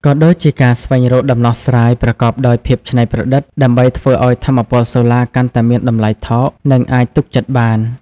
ក៏ដូចជាការស្វែងរកដំណោះស្រាយប្រកបដោយភាពច្នៃប្រឌិត ដើម្បីធ្វើឱ្យថាមពលសូឡាកាន់តែមានតម្លៃថោក និងអាចទុកចិត្តបាន។